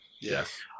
Yes